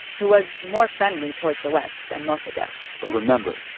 who was more friendly towards the west than mossadegh but remember.